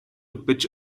pitch